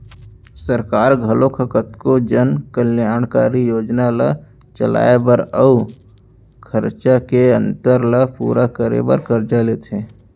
सरकार घलोक ह कतको जन कल्यानकारी योजना ल चलाए बर अउ खरचा के अंतर ल पूरा करे बर करजा लेथे